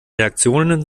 reaktionen